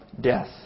death